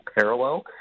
parallel